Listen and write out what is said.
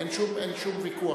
אין שום ויכוח.